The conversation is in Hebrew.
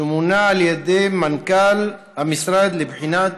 שמונה על ידי מנכ"ל המשרד לבחינת